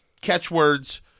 catchwords